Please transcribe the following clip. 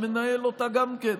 שמנהל אותה גם כן.